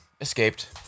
Escaped